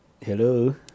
Hello